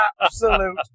absolute